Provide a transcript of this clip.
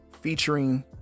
featuring